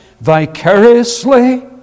vicariously